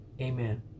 Amen